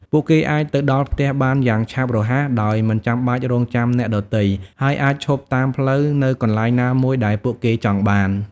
ពួកគេអាចទៅដល់ផ្ទះបានយ៉ាងឆាប់រហ័សដោយមិនចាំបាច់រង់ចាំអ្នកដទៃ ហើយអាចឈប់តាមផ្លូវនៅកន្លែងណាមួយដែលពួកគេចង់បាន។